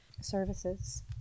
services